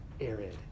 arid